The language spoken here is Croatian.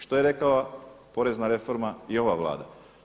Što je rekla porezna reforma i ova Vlada?